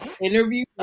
interview